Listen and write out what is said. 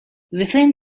within